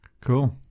cool